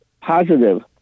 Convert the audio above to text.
positive